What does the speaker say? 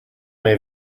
may